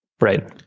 Right